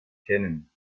kennen